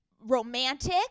romantic